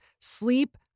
Sleep